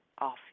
off